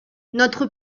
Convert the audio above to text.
notre